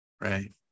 Right